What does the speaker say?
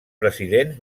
presidents